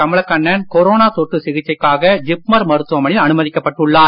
Kamalakannan corona தொற்று சிகிச்சைக்காக ஜிப்மர் மருத்துவமனையில் அனுமதிக்கப்பட்டு உள்ளார்